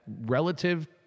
relative